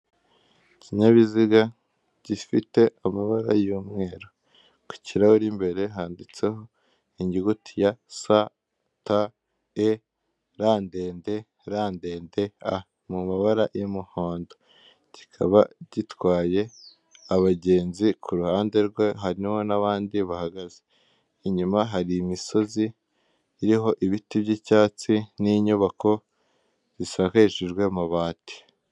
Ikinyabiziga gifite amabara y'umweru ku kirahuri imbere handitseho inyuguti ya S, T,E, R ndende R ndende, A mu mabara y'umuhondo, kikaba gitwaye abagenzi ku ruhande rwe hahiro n'abandi bahagaze, inyuma hari imisozi iriho ibiti by'icyatsi n'inyubako zisakarishijwe amabati.